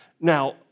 Now